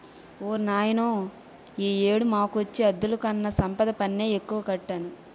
ఓర్నాయనో ఈ ఏడు మాకొచ్చే అద్దెలుకన్నా సంపద పన్నే ఎక్కువ కట్టాను